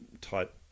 type